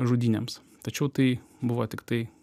žudynėms tačiau tai buvo tiktai